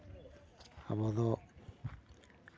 ᱟᱵᱚ ᱫᱚ